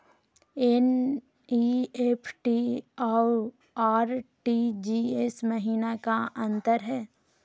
NEFT अरु RTGS महिना का अंतर हई?